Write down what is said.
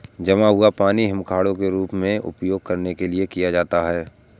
जमा हुआ पानी हिमखंडों के रूप में उपयोग करने के लिए किया जाता है